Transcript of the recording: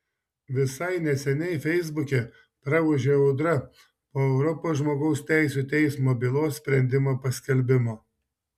visai neseniai feisbuke praūžė audra po europos žmogaus teisių teismo bylos sprendimo paskelbimo